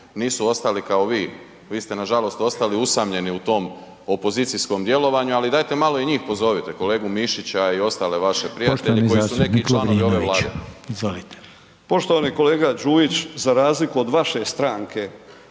nisu ostali kao vi, vi ste nažalost ostali usamljeni u tom opozicijskom djelovanju, ali dajte malo i njih pozovite, kolegu Mišića i ostale vaše prijatelje koji su neki i članovi ove Vlade. **Reiner, Željko (HDZ)** Poštovani zastupnik